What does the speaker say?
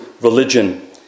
religion